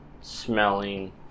smelling